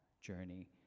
journey